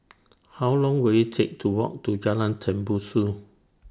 How Long Will IT Take to Walk to Jalan Tembusu